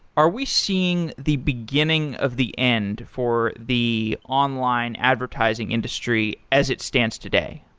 are we seeing the beginning of the end for the online advertising industry as it stands today?